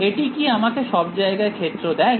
এটি কি আমাকে সব জায়গায় ক্ষেত্র দেয়